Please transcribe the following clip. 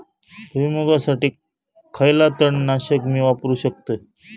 भुईमुगासाठी खयला तण नाशक मी वापरू शकतय?